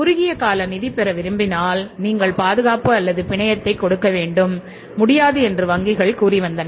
குறுகிய கால நிதி பெற விரும்பினால் நீங்கள் பாதுகாப்பு அல்லது பிணையத்தை கொடுக்க வேண்டும் முடியாது என்று வங்கிகள் கூறி வந்தன